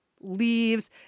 leaves